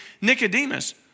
Nicodemus